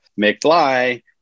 McFly